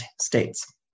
states